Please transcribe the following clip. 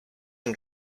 and